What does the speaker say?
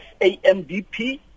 SAMDP